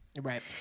Right